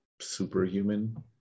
superhuman